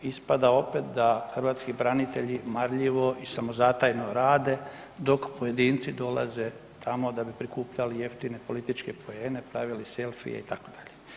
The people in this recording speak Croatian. Ispada opet da hrvatski branitelji marljivo i samozatajno rade dok pojedinci dolaze tamo da bi prikupljali jeftine političke poene, pravili selfije itd.